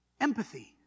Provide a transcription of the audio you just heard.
Empathy